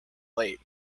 late